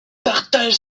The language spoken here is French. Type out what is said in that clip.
partage